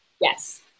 Yes